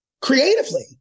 Creatively